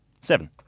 Seven